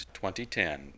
2010